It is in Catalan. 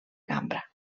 cambra